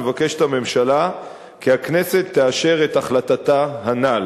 הממשלה מבקשת שהכנסת תאשר את החלטתה הנ"ל.